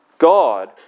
God